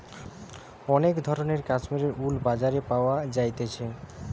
অনেক ধরণের কাশ্মীরের উল বাজারে পাওয়া যাইতেছে